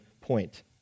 point